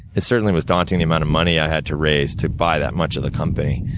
it certainly was daunting, the amount of money i had to raise to buy that much of the company.